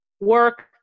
work